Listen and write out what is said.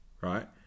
right